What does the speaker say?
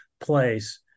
place